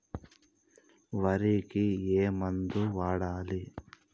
వరికి ఏ మందు వాడాలి?